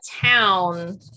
town